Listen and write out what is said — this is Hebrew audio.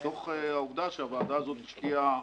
מתוך העובדה שהוועדה הזאת השקיעה